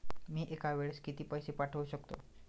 मी एका वेळेस किती पैसे पाठवू शकतो?